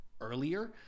earlier